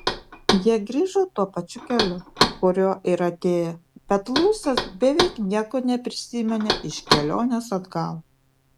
jie grįžo tuo pačiu keliu kuriuo ir atėjo bet luisas beveik nieko neprisiminė iš kelionės atgal